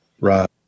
Right